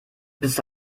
bist